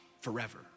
forever